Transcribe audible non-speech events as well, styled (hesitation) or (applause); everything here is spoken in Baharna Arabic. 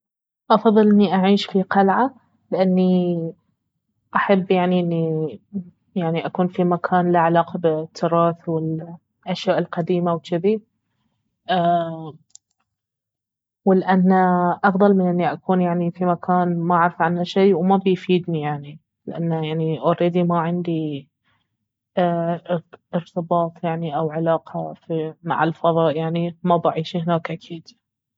افضل اني أعيش في قلعة لاني احب يعني اني يعني أكون في مكان له علاقة بالتراث والاشياء القديمة وجذي (hesitation) ولأنه افضل من اني أكون يعني في مكان ما اعرف عنه شي وما بيفيدني يعني لانه يعني اوردي ما عندي (hesitation) ارتباط يعني اوعلاقة في مع الفضاء يعني ما بعيش هناك اكيد